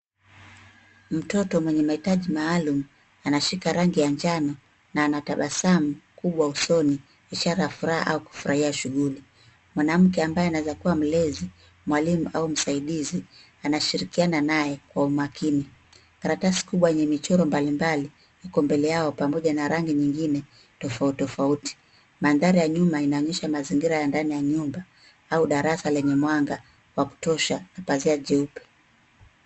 Mtoto mwenye mahitaji maalum anashika rangi ya njano na anatabasamu kubwa usoni ishara ya furaha au kufurahia shughuli. Mwanamke ambaye anaweza kuwa mlezi, mwalimu au msaidizi anashirikiana naye kwa umakini. Karatasi kubwa yenye michoro mbalimbali iko mbele yao pamoja na rangi nyingine tofauti tofauti. Mandhari ya nyuma inaonyesha mazingira ya ndani ya nyumba au darasa lenye mwanga wa kutosha na pazia jeupe.